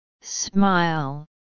Smile